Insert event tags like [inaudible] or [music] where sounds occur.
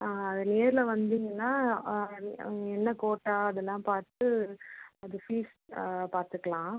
ஆ அது நேரில் வந்திங்கன்னா [unintelligible] அவங்க என்ன கோட்டா இதெல்லாம் பார்த்து அது ஃபீஸ் பார்த்துக்கலாம்